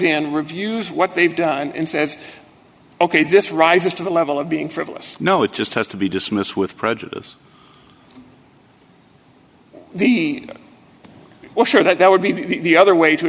in reviews what they've done and says ok this rises to the level of being frivolous no it just has to be dismissed with prejudice the well sure that would be the other way to